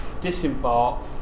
disembark